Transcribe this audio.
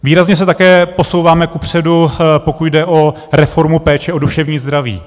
Výrazně se také posouváme kupředu, pokud jde o reformu péče o duševní zdraví.